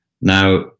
Now